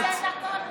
שלוש דקות,